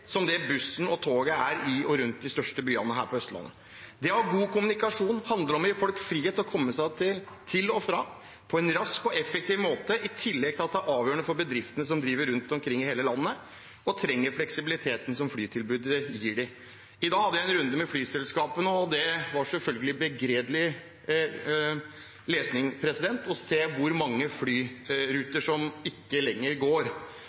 som det bussen og toget er i og rundt de største byene her på Østlandet. Det å ha god kommunikasjon handler om å gi folk frihet til å komme seg til og fra på en rask og effektiv måte, i tillegg til at det er avgjørende for bedriftene som driver rundt omkring i hele landet, og som trenger fleksibiliteten som flytilbudet gir dem. I dag hadde jeg en runde med flyselskapene, og det var selvfølgelig begredelig lesning å se hvor mange flyruter som ikke lenger går.